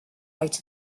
out